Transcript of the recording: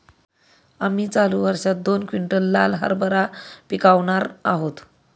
आम्ही चालू वर्षात दोन क्विंटल लाल हरभरा पिकावणार आहोत